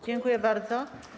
Dziękuję bardzo.